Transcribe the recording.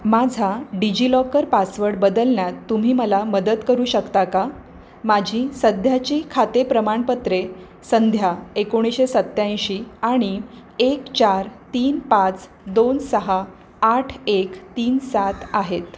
माझा DigiLocker password बदलण्यात तुम्ही मला मदत करू शकता का माझी सध्याची खातेप्रमाणपत्रे संध्या एकोणीशे सत्त्याऐंशी आणि एक चार तीन पाच दोन सहा आठ एक तीन सात आहेत